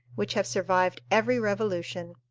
which have survived every revolution.